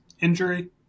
injury